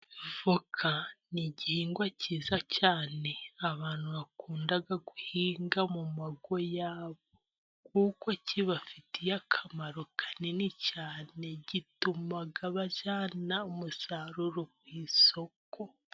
Avoka ni igihingwa cyiza cyane abantu bakunda guhinga mu mago yabo kuko kibafitiye akamaro kanini cyane gituma bajyana umusaruro ku isoko.